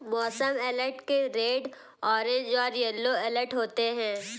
मौसम अलर्ट के red orange और येलो अलर्ट होते हैं